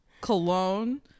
Cologne